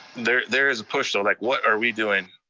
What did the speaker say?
there there is a push, so like, what are we doing?